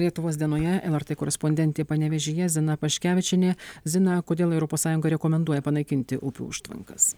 lietuvos dienoje lrt korespondentė panevėžyje zina paškevičienė zina kodėl europos sąjunga rekomenduoja panaikinti upių užtvankas